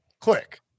click